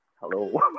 Hello